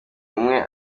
umwe